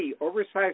oversized